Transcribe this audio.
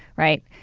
right?